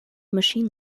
machine